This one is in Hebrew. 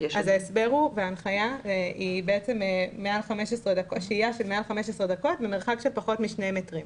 ההסבר וההנחיה היא שהייה של מעל 15 דקות במרחק של פחות משני מטרים.